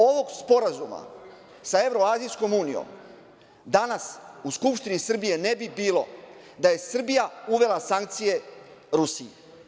Ovog sporazuma sa Evroazijskom unijom danas u Skupštini Srbije ne bi bilo da je Srbija uvela sankcije Rusiji.